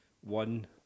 one